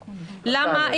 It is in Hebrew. למה,